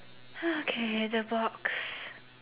okay the box